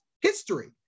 history